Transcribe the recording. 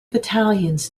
battalions